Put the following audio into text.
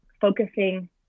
focusing